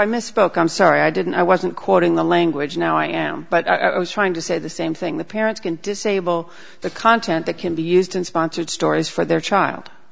i misspoke i'm sorry i didn't i wasn't quoting the language now i am but i was trying to say the same thing the parents can disable the content that can be used in sponsored stories for their child